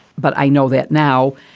but i know that now.